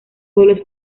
goles